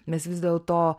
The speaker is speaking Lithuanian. mes vis dėlto